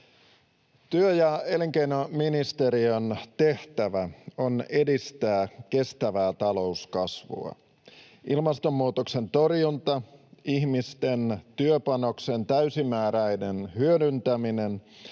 Työ- ja elinkeinoministeriön tehtävä on edistää kestävää talouskasvua. Ilmastonmuutoksen torjunta, ihmisten työpanoksen täysimääräinen hyödyntäminen